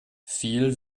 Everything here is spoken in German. viel